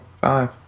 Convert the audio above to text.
five